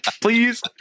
Please